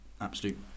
absolute